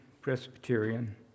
Presbyterian